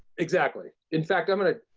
exactly. in fact, i'm going to,